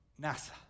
Nasa